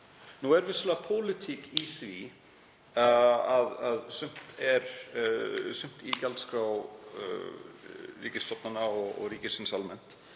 Það er vissulega pólitík í því að sumt í gjaldskrá ríkisstofnana og ríkisins almennt